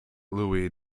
louis